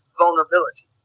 vulnerability